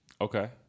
Okay